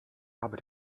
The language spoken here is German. habe